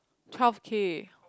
twelve K